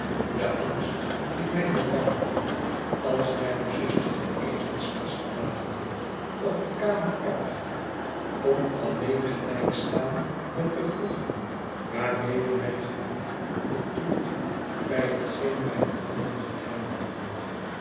de angst die mij bevangen had als mijne zuster de etenskastnaderde of de kamer uitging kon alleen gelijk staan met de wroeging waarmede mijn gemoed vertoefde bij hetgeen mijne handen gedaan hadden